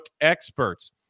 experts